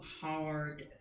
Hard